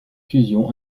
fusion